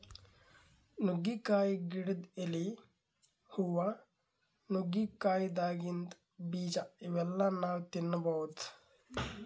ನುಗ್ಗಿಕಾಯಿ ಗಿಡದ್ ಎಲಿ, ಹೂವಾ, ನುಗ್ಗಿಕಾಯಿದಾಗಿಂದ್ ಬೀಜಾ ಇವೆಲ್ಲಾ ನಾವ್ ತಿನ್ಬಹುದ್